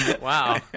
Wow